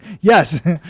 yes